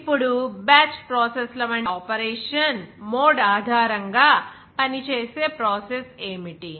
ఇప్పుడు బ్యాచ్ ప్రాసెస్ల వంటి ఆపరేషన్ మోడ్ ఆధారంగా పనిచేసే ప్రాసెస్ ఏమిటి